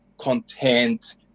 content